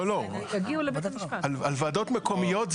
על וועדות מקומיות,